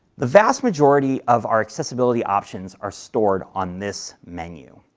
the vast majority of our accessibility options are stored on this menu,